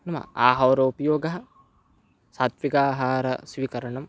नाम आहारोपयोगः सात्विक आहार स्वीकरणं